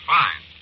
fine